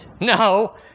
No